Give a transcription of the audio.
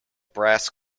brass